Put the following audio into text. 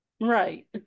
Right